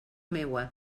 meua